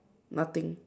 nothing